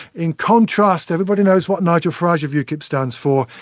in contrast, everybody knows what nigel farage of ukip stands for,